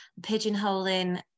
pigeonholing